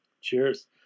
Cheers